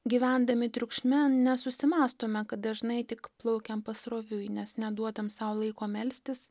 gyvendami triukšme nesusimąstome kad dažnai tik plaukiam pasroviui nes neduodam sau laiko melstis